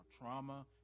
trauma